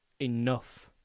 Enough